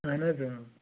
اَہن حظ اۭں